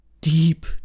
deep